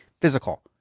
physical